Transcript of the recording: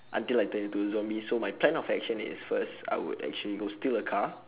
until I turn into a zombie so my plan of action is first I would actually go steal a car